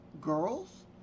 girls